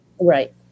Right